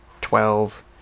twelve